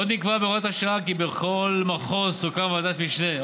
עוד נקבע בהוראת השעה כי בכל מחוז תוקם ועדת משנה,